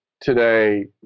today